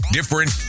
Different